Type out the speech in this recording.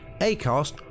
Acast